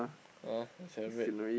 ah celebrate